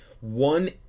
One